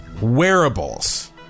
wearables